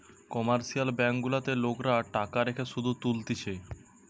commercial bank গুলাতে লোকরা টাকা রেখে শুধ তুলতিছে